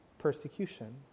persecution